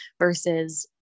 versus